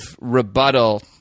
rebuttal